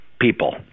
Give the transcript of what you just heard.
people